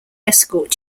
escort